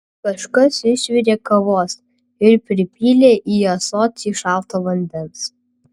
kažkas išvirė kavos ir pripylė į ąsotį šalto vandens